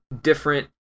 different